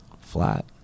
Flat